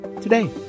today